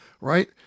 right